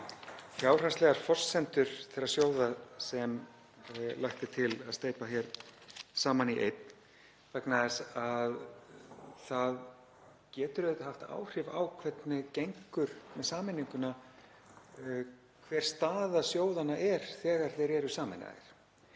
fjárhagslegar forsendur þeirra sjóða sem lagt er til að steypa saman í einn, vegna þess að það getur auðvitað haft áhrif á hvernig gengur með sameininguna hver staða sjóðanna er þegar þeir eru sameinaðir.